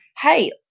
hey